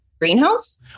greenhouse